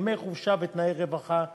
ימי חופשה ותנאי רווחה נוספים.